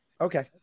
Okay